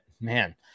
man